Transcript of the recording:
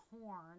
horn